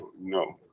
No